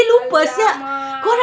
!alamak!